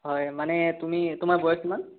হয় মানে তুমি তোমাৰ বয়স কিমান